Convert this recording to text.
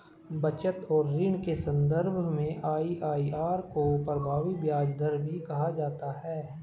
बचत और ऋण के सन्दर्भ में आई.आई.आर को प्रभावी ब्याज दर भी कहा जाता है